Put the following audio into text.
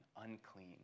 Unclean